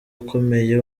ukomeye